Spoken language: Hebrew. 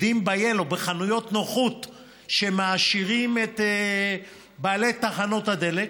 בחנויות נוחות שמעשירות את בעלי תחנות הדלק,